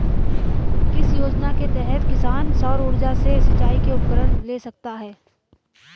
किस योजना के तहत किसान सौर ऊर्जा से सिंचाई के उपकरण ले सकता है?